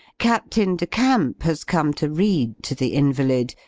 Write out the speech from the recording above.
captain de camp has come to read to the invalid,